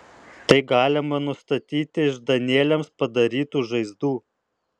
tai galima nustatyti iš danieliams padarytų žaizdų